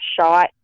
shot